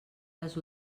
les